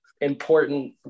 important